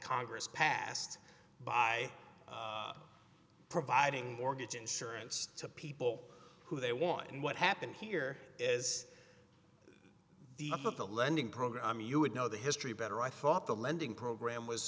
congress passed by providing mortgage insurance to people who they want and what happened here is that the lending program you would know the history better i thought the lending program was